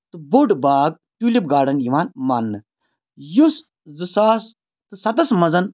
تہٕ بوٚڈ باغ ٹیوٗلِپ گاڈَن یِوان مانٛنہٕ یُس زٕ ساس تہٕ سَتَس منٛز